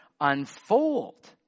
unfold